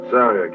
Sorry